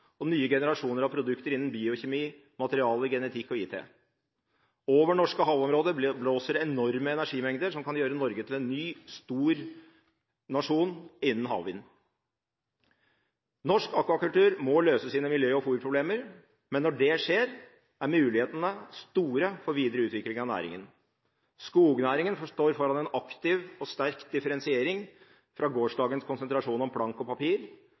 og nye generasjoner av produkter innenfor biokjemi, materialer, genetikk og IT. Over norske havområder blåser enorme energimengder, som kan gjøre Norge til en ny stor nasjon innenfor havvind. Norsk akvakultur må løse sine miljø- og fôrproblemer, men når det skjer, er mulighetene store for videre utvikling av næringen. Skognæringen står foran en aktiv og sterk differensiering fra gårsdagens konsentrasjon om plank og papir,